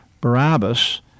Barabbas